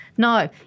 No